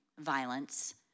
violence